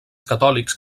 catòlics